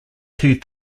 two